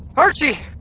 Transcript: archie,